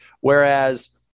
Whereas